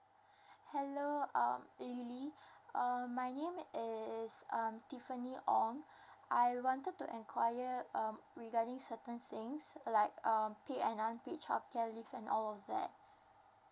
hello um lily err my name is um tiffany ong um I wanted to enquire um regarding certain things like um paid and unpaid childcare leave and all of that